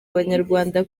abanyarwanda